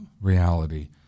reality